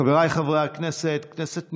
חבריי חברי הכנסת, כנסת נכבדה,